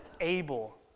able